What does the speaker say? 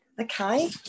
okay